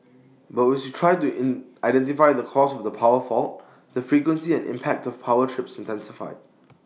but we tried to identify the cause of the power fault the frequency and impact of power trips intensified